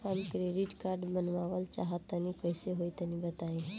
हम credit card बनवावल चाह तनि कइसे होई तनि बताई?